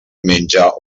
menja